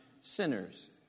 sinners